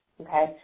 okay